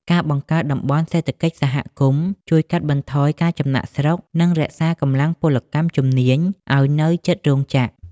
ការបង្កើតតំបន់សេដ្ឋកិច្ចសហគមន៍ ជួយកាត់បន្ថយការចំណាកស្រុក និងរក្សាកម្លាំងពលកម្មជំនាញឱ្យនៅជិតរោងចក្រ។